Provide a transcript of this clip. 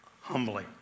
humbly